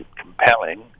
compelling